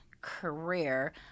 career